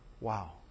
Wow